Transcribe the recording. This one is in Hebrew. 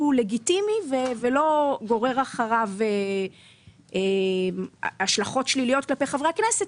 לגיטימי ולא גורר אחריו השלכות שליליות כלפי חברי הכנסת